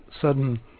sudden